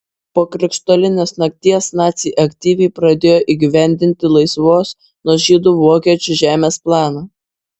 po krištolinės nakties naciai aktyviai pradėjo įgyvendinti laisvos nuo žydų vokiečių žemės planą